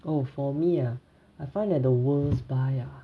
oh for me ah I find that the worst buy ah